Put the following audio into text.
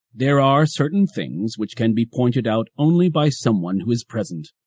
there are certain things which can be pointed out only by someone who is present.